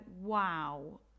wow